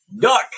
Duck